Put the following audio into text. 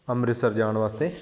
ਅੰਮ੍ਰਿਤਸਰ ਜਾਣ ਵਾਸਤੇ